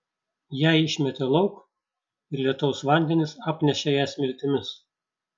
ją išmetė lauk ir lietaus vandenys apnešė ją smiltimis